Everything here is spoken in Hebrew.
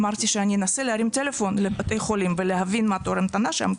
אמרתי שאני אנסה להרים טלפון לבתי חולים ולהבין מה תור המתנה שם.